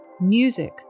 music